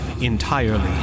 entirely